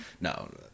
No